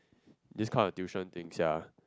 this kind of tuition thing ya